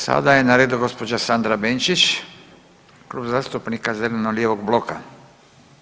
Sada je na redu gđa. Sandra Benčić, Klub zastupnika zeleno-lijevog bloka.